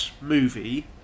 movie